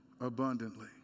abundantly